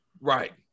right